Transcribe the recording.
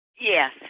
Yes